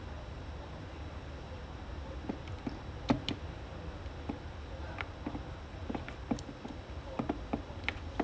like and the thing is that that what they do right you know the whole team push up then they can if they have fun pass and get it discounted right then they score one more then the game seal already